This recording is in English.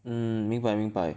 mm 明白明白